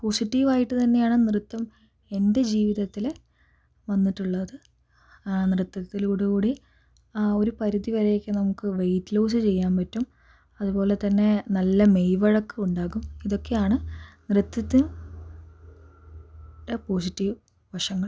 positive ആയിട്ട് തന്നെയാണ് നൃത്തം എൻ്റെ ജീവിതത്തിൽ വന്നിട്ടുള്ളത് ആ നൃത്തത്തിലോടുകൂടി ആ ഒരു പരിധിവരെയൊക്കെ നമുക്ക് വെയിറ്റ് ലോസ് ചെയ്യാൻ പറ്റും അതുപോലെത്തന്നെ നല്ല മെയ്വഴക്കം ഉണ്ടാകും ഇതൊക്കെയാണ് നൃത്തത്തിൻ്റെ പോസിറ്റീവ് വശങ്ങൾ